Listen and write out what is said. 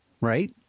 right